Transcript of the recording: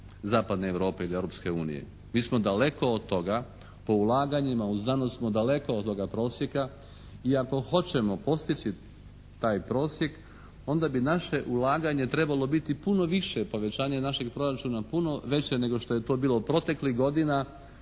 zapadne Europe ili Europske unije. Mi smo daleko od toga po ulaganjima u znanost smo daleko od toga prosjeka i ako hoćemo postići taj prosjek, onda bi naše ulaganje trebalo biti puno više povećanje našeg proračuna puno veće nego što je to bilo proteklih godina,